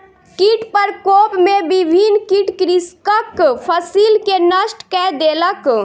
कीट प्रकोप में विभिन्न कीट कृषकक फसिल के नष्ट कय देलक